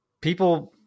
people